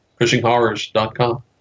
cushinghorrors.com